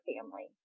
family